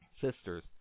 Sisters